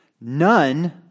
none